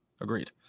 Agreed